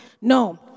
No